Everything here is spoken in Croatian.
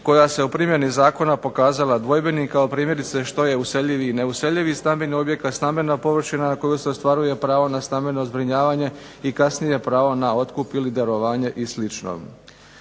koja se u primjeni zakona pokazala dvojbenim kao primjerice što je useljivi i neuseljivi stambeni objekat, stambena površina na koju se ostvaruje pravo na stambeno zbrinjavanje, i kasnije pravo na otkup ili darovanje i